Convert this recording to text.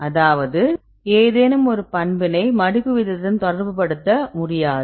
அதாவது ஏதேனும் ஒரு பண்பினை மடிப்பு வீதத்துடன் தொடர்புபடுத்த முடியாது